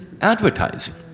advertising